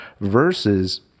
Versus